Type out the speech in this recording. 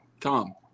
tom